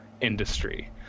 industry